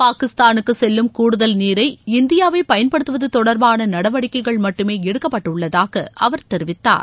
பாகிஸ்தானுக்கு செல்லும் கூடுதல் நீரை இந்தியாவே பயன்படுத்துவது தொடர்பான நடவடிக்கைகள் மட்டுமே எடுக்கப்பட்டுள்ளதாக அவர் தெரிவித்தார்